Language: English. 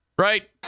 Right